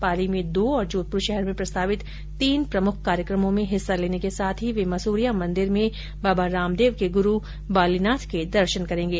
पाली में दो और जोधपुर शहर में प्रस्तावित तीन प्रमुख कार्यक्रमों में हिस्सा लेने के साथ ही वे मसूरिया मंदिर में बाबा रामदेव के गुरु बालीनाथ के दर्शन करेंगे